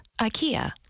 IKEA